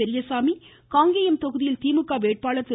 பெரியசாமி காங்கேயம் தொகுதியில் திமுக வேட்பாளர் திரு